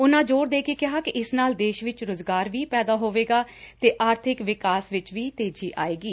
ਉਨਾਂ ਜ਼ੋਰ ਦੇ ਕੇ ਕਿਹਾ ਕਿ ਇਸ ਨਾਲ ਦੇਸ਼ ਵਿਚ ਰੁਜ਼ਗਾਰ ਵੀ ਪੈਦਾ ਹੋਵੇਗਾ ਤੇ ਆਰਥਿਕ ਵਿਕਾਸ ਵਿਚ ਵੀ ਤੇਜ਼ੀ ਆਏਗੀ